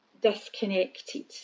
disconnected